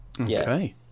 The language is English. Okay